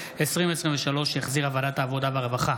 כי הונחו היום על שולחן הכנסת,